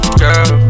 girl